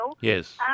Yes